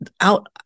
out